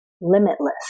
limitless